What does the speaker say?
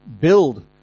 Build